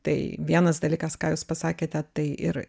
tai vienas dalykas ką jūs pasakėte tai ir